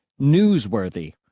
newsworthy